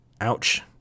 Ouch